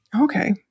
Okay